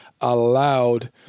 allowed –